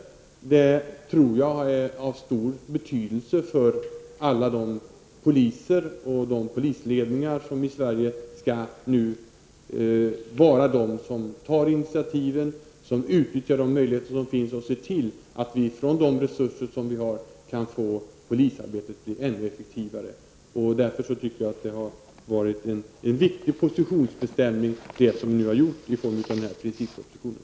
Det tror jag är av stor betydelse för alla poliser och för de polisledningar som nu skall ta initiativ till och utnyttja de möjligheter som finns att med de resurser som vi har få polisarbetet att bli ännu effektivare. Därför tycker jag att det har varit en viktig positionsbestämning det som nu har gjorts i form av den här princippropositionen.